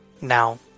Now